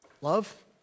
Love